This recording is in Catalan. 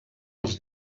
als